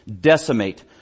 decimate